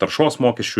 taršos mokesčių